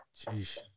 Jeez